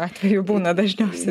atveju būna dažniausiai